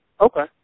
Okay